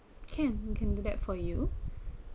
can we can do that for you